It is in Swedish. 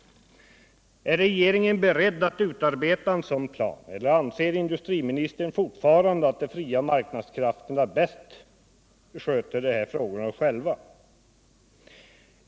Är regeringen beredd att utarbeta en sådan plan, eller anser industriministern fortfarande att de fria marknadskrafterna bäst sköter de här frågorna själva?